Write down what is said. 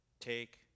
Take